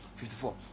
54